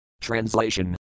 Translation